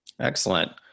Excellent